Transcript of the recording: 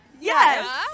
yes